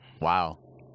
wow